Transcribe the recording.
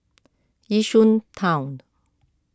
Yishun Town